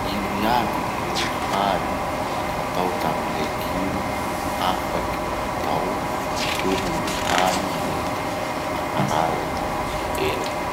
Ino iaby ireo hany natao tamy legioma afaky atao solon'ny hany nentim-paharaza amy gny hena?